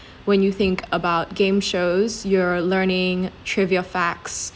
when you think about game shows you're learning trivia facts